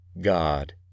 God